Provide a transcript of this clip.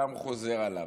חוזר עליו.